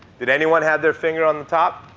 did anyone have their finger on the top?